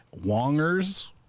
Wongers